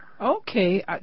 Okay